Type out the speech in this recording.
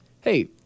hey